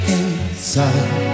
inside